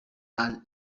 are